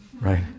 right